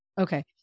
Okay